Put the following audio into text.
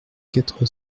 quatre